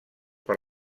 per